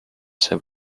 see